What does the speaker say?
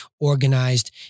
organized